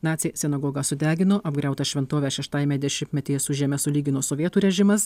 naciai sinagogą sudegino apgriautą šventovę šeštajame dešimtmetyje su žeme sulygino sovietų režimas